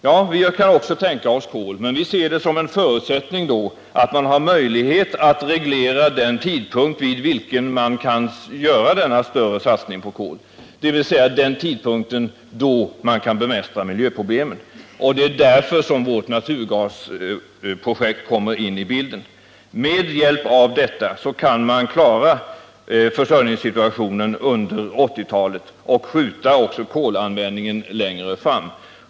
Ja, också vi kan tänka oss kol, men vi förutsätter då att man har möjlighet att reglera den tidpunkt vid vilken man kan göra denna större satsning på kol, dvs. den tidpunkt då man kan bemästra miljöproblemen. Därför kommer naturgasprojektet in i bilden. Med hjälp av detta kan man klara försörjningssituationen under 1980-talet och skjuta kolanvändningen längre fram.